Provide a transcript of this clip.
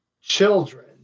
children